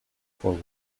for